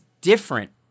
different